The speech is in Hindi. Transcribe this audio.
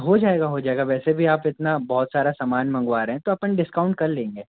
हो जाएगा हो जाएगा वैसे भी आप इतना बहुत सारा समान मँगवा रहे हैं तो अपन डिस्काउंट कर लेंगे